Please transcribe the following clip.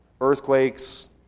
earthquakes